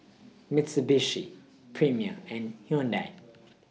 Mitsubishi Premier and Hyundai